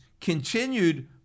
continued